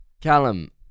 Callum